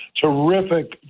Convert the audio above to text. Terrific